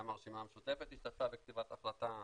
גם הרשימה המשותפת השתתפה בכתיבת ההחלטה,